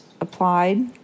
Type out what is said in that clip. applied